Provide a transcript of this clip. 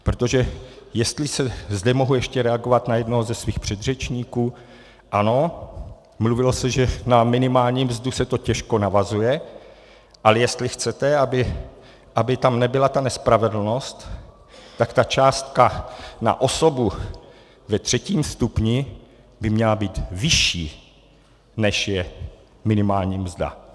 Protože jestli zde mohu reagovat ještě na jednoho ze svých předřečníků ano, mluvilo se o tom, že na minimální mzdu se to těžko navazuje, ale jestli chcete, aby tam nebyla ta nespravedlnost, tak částka na osobu ve třetím stupni by měla být vyšší, než je minimální mzda.